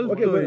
Okay